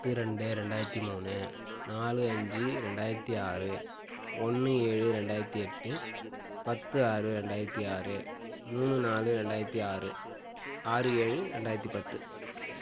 பத்து ரெண்டு ரெண்டாயிரத்தி மூணு நாலு அஞ்சு ரெண்டாயிரத்தி ஆறு ஒன்று ஏழு ரெண்டாயிரத்தி எட்டு பத்து ஆறு ரெண்டாயிரத்தி ஆறு மூணு நாலு ரெண்டாயிரத்தி ஆறு ஆறு ஏழு ரெண்டாயிரத்தி பத்து